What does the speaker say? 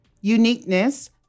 uniqueness